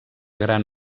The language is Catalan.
gran